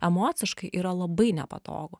emociškai yra labai nepatogu